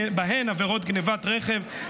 ובהן עבירות גנבת רכב,